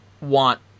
want